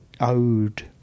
owed